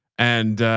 and